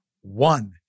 One